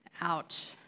Ouch